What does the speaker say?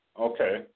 Okay